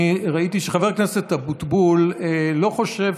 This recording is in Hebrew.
אני ראיתי שחבר הכנסת אבוטבול לא חושב